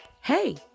hey